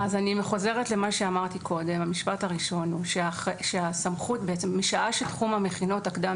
אני חוזרת למה שאמרתי קודם: משעה שתחום המכינות הקדם